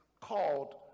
called